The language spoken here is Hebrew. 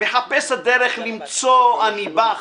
מחפש הדרך למצוא אני בך,